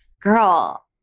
Girl